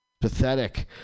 Pathetic